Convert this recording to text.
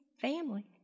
family